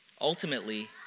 ultimately